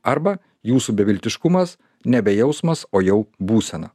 arba jūsų beviltiškumas nebe jausmas o jau būsena